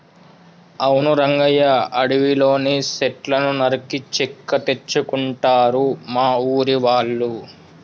అవును రంగయ్య అడవిలోని సెట్లను నరికి చెక్క తెచ్చుకుంటారు మా ఊరి వాళ్ళు